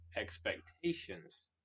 expectations